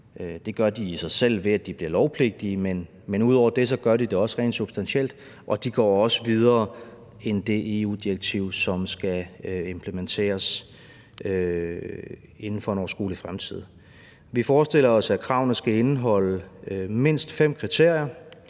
Det gør de i sig selv ved at blive lovpligtige, men ud over det gør de det også rent substantielt, og de går også videre end det EU-direktiv, som skal implementeres inden for en overskuelig fremtid. Kl. 11:23 Vi forestiller os, at kravene skal indeholde mindst fem kriterier: